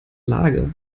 lage